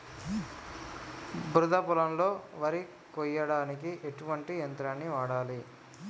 బురద పొలంలో వరి కొయ్యడానికి ఎటువంటి యంత్రాన్ని వాడాలి?